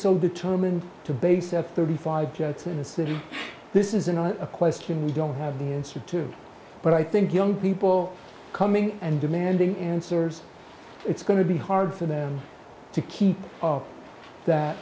so determined to base at thirty five jets in the city this isn't a question we don't have the answer to but i think young people coming and demanding answers it's going to be hard for them to keep that